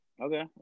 Okay